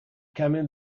camel